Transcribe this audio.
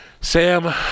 Sam